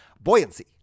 Buoyancy